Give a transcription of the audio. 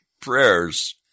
prayers